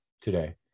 today